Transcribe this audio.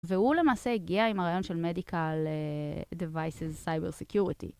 והוא למעשה הגיע עם הרעיון של Medical Devices Cyber Security.